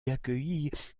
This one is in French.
accueillit